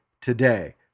today